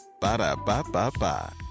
Ba-da-ba-ba-ba